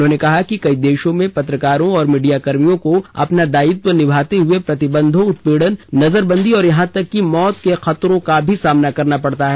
उन्होंने कहा कि कई देशों में पत्रकारों और मीडियाकर्मियों को अपना दायित्व निभाते हुए प्रतिबंधों उत्पीड़न नजरबंदी और यहां तक की मौत के खतरे का भी सामना करना पडता है